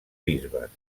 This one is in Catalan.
bisbes